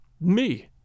me